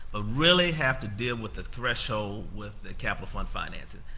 ah really have to deal with the threshold with the capital fund financing.